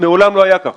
ומעולם לא היה כך.